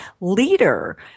leader